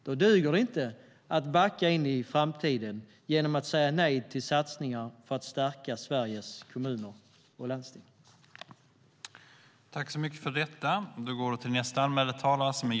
Då duger det inte att backa in i framtiden genom att säga nej till satsningar på att stärka Sveriges kommuner och landsting.